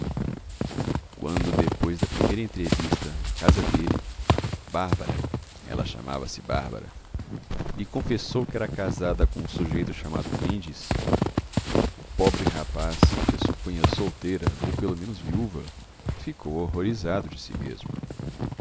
quando depois da primeira entrevista na casa dele bárbara ela chamava-se bárbara lhe confessou que era casada com um sujeito chamado mendes o pobre rapaz que a supunha solteira ou pelo menos viúva ficou horrorizado de si mesmo